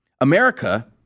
America